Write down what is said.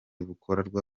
bukorwa